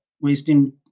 wasting